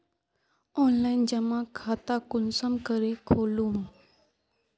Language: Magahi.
ऑनलाइन जमा खाता कुंसम करे खोलूम?